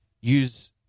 use